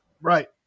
Right